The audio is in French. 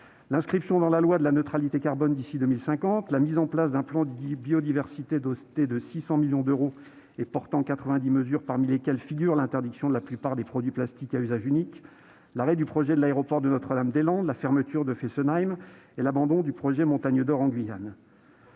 l'inscription dans la loi de la neutralité carbone d'ici à 2050 ; la mise en place d'un plan Biodiversité doté de 600 millions d'euros et portant 90 mesures, parmi lesquelles figure l'interdiction de la plupart des produits plastiques à usage unique ; l'arrêt du projet de l'aéroport de Notre-Dame-des-Landes, la fermeture de la centrale de Fessenheim et l'abandon du projet Montagne d'or en Guyane.